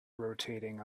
rotating